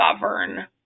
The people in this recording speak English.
govern